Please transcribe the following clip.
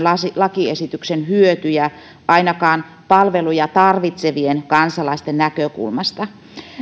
lakiesityksen hyötyjä ainakaan palveluja tarvitsevien kansalaisten näkökulmasta